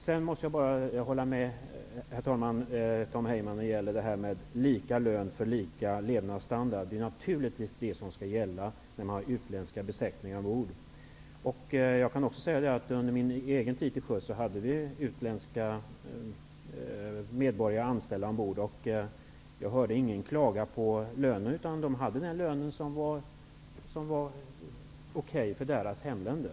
Jag måste hålla med Tom Heyman om resonemanget om lika lön för lika levnadsstandard. Det är naturligtvis det som skall gälla när man har utländska besättningar ombord. Under min egen tid till sjöss hade vi utländska medborgare anställda ombord, och jag hörde inte att någon klagade på lönen. De hade den lön som var okej i deras hemländer.